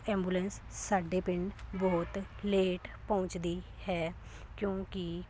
ambulance ਸਾਡੇ ਪਿੰਡ ਬਹੁਤ ਲੇਟ ਪਹੁੰਚਦੀ ਹੈ ਕਿਉਂਕਿ